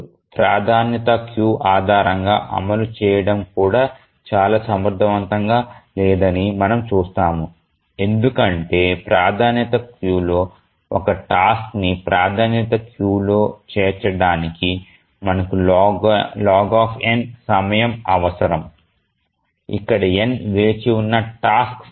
ప్రాధాన్యతా క్యూ ఆధారంగా అమలు చేయడం కూడా చాలా సమర్థవంతంగా లేదని మనము చూస్తాము ఎందుకంటే ప్రాధాన్యత క్యూలో కూడా ఒక టాస్క్ని ప్రాధాన్యతా క్యూలో చేర్చడానికి మనకు log సమయం అవసరం ఇక్కడ n వేచి ఉన్న టాస్క్ సంఖ్య